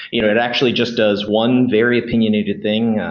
you know it actually just does one very opinionated thing.